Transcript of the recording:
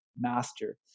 master